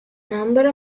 number